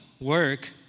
work